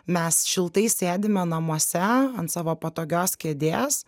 mes šiltai sėdime namuose ant savo patogios kėdės